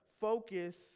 focus